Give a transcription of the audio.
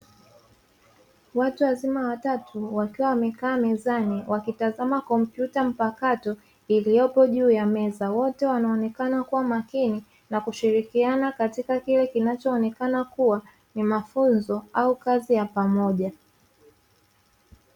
Watu wazima watatu wakiwa wamekaa mezani wakitazama kompyuta mpakato iliyopo juu ya meza; wote wanaonekana kuwa makini na kushirikiana katika kile kinachoonekana kuwa ni mafunzo au kazi ya pamoja.